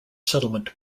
settlement